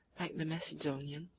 like the macedonian,